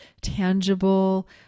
tangible